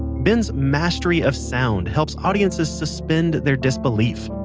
ben's mastery of sound helps audiences suspend their disbelief,